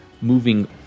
moving